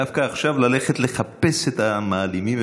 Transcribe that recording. דווקא עכשיו ללכת לחפש את המעלימים?